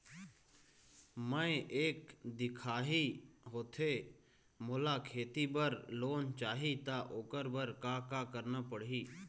मैं एक दिखाही होथे मोला खेती बर लोन चाही त ओकर बर का का करना पड़ही?